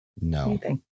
No